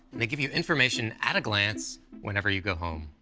and they give you information at a glance whenever you go home.